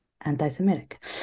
anti-semitic